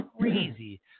crazy